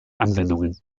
anwendungen